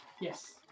yes